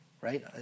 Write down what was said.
right